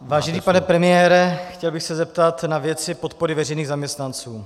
Vážený pane premiére, chtěl bych se zeptat na věci podpory veřejných zaměstnanců.